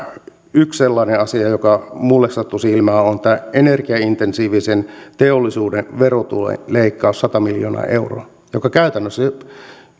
yksi sellainen asia joka minulle sattui silmään tämä energiaintensiivisen teollisuuden verotulojen leikkaus sata miljoonaa euroa joka käytännössä